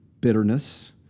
bitterness